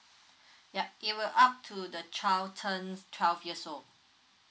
yup it will up to the child turned twelve years old